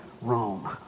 Rome